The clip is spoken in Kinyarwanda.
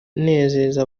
kunezeza